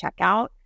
checkout